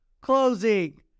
closing